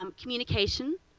um communication,